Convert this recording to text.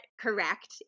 correct